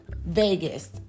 Vegas